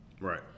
Right